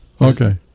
okay